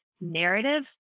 narrative